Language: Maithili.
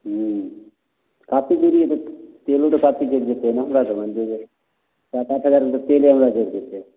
हूँ काफी दूरी हइ तऽ तेलो तऽ काफी जरि जेतै ने हमरा तऽ मानि लिऽ जे चारि पाँच हजार तेले हमरा जरि जेतै